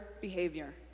behavior